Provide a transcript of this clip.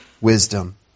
wisdom